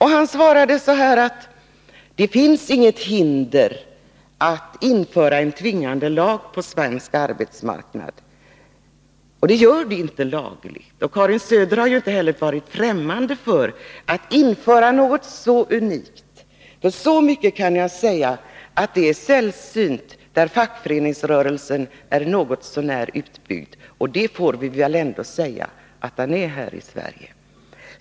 Han svarade: Det finns inga hinder mot att införa en tvingande lag på svensk arbetsmarknad. Det gör det således inte, och Karin Söder har inte heller varit främmande för att införa något så unikt som detta. Så mycket kan jag säga som att det är sällsynt där fackföreningsrörelsen är något så när utbyggd — och det får vi ändå säga att den är här i Sverige.